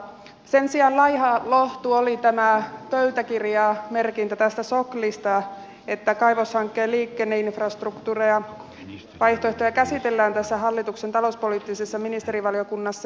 sen sijaan laiha lohtu oli tämä pöytäkirjamerkintä tästä soklista että kaivoshankkeen liikenneinfrastruktuurivaihtoehtoja käsitellään tässä hallituksen talouspoliittisessa ministerivaliokunnassa